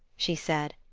she said,